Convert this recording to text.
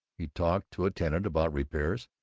he talked to a tenant about repairs,